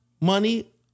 money